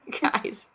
guys